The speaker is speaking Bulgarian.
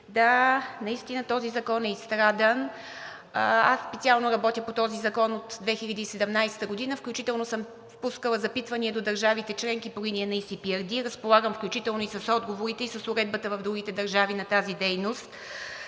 Да, наистина този закон е изстрадан. Аз специално работя по този закон от 2017 г., включително съм пускала запитвания до държавите членки по линия на ECPRD, разполагам включително и с отговорите, и с уредбата на тази дейност